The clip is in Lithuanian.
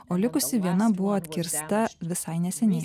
o likusi viena buvo atkirsta visai neseniai